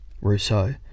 Rousseau